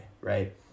Right